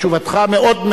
תשובתך מאוד,